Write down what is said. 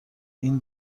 این